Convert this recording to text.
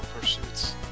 pursuits